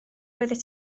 oeddet